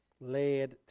Led